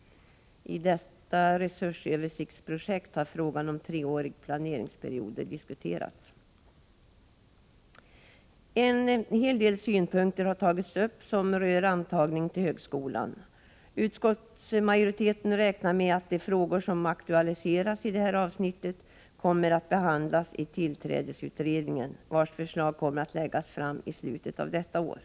I detta resursöversiktsprojekt har frågan om treåriga planeringsperioder diskuterats. En hel del synpunkter har tagits upp som rör antagningen till högskolan. Utskottsmajoriteten räknar med att de frågor som aktualiseras i detta avsnitt kommer att behandlas i tillträdesutredningen, vars förslag kommer att läggas fram i slutet av detta år.